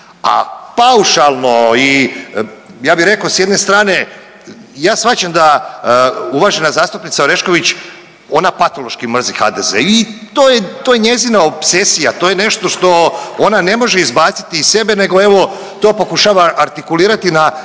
A paušalno i ja bi rekao s jedne strane, ja shvaćam da uvažena zastupnica Orešković ona patološki mrzi HDZ i to je, to je njezina opsesija to je nešto što ona ne može izbaciti iz sebe, nego evo to pokušava artikulirati na,